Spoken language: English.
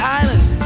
island